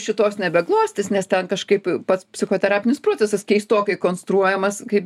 šitos nebeglostys nes ten kažkaip pats psichoterapinis procesas keistokai konstruojamas kaip